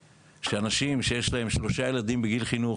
כשאנשים שיש להם שלושה ילדים בגיל חינוך